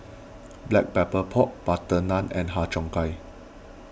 Black Pepper Pork Butter Naan and Har Cheong Gai